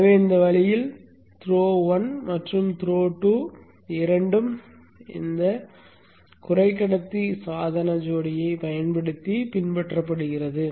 எனவே இந்த வழியில் த்ரோ 1 மற்றும் த்ரோ 2 இரண்டும் இந்த சக்தி குறைக்கடத்தி சாதன ஜோடியைப் பயன்படுத்தி பின்பற்றப்படுகின்றன